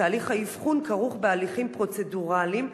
תהליך האבחון כרוך בהליכים פרוצדורליים,